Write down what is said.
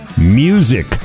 Music